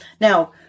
Now